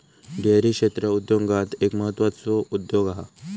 dairy क्षेत्र उद्योगांत एक म्हत्त्वाचो उद्योग हा